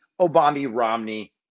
Obama-Romney